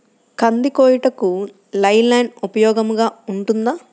కంది కోయుటకు Leyland ఉపయోగముగా ఉంటుందా?